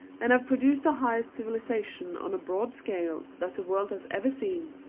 and have produced the highest civilization on a broad scale that the world has ever seen,